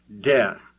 death